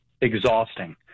exhausting